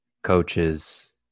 coaches